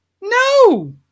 No